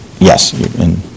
yes